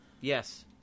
Yes